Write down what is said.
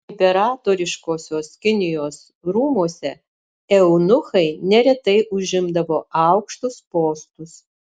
imperatoriškosios kinijos rūmuose eunuchai neretai užimdavo aukštus postus